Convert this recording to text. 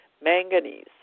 manganese